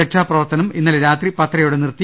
രക്ഷാപ്രവർത്തനം ഇന്നലെ രാത്രി പത്തരയോടെ നിർത്തി